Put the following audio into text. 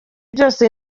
byose